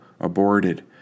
aborted